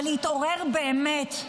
אבל להתעורר באמת.